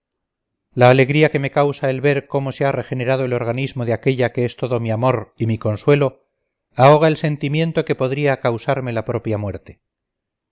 la alegría que me causa el ver cómo se ha regenerado el organismo de aquella que es todo mi amor y mi consuelo ahoga el sentimiento que podría causarme la propia muerte